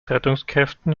rettungskräften